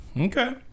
Okay